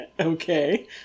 Okay